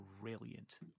brilliant